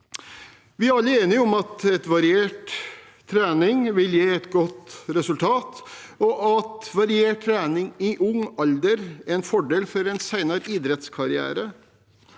Vi er alle enige om at variert trening vil gi et godt resultat, og at variert trening i ung alder er en fordel for en senere idrettskarriere.